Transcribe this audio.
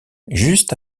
juste